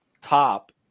top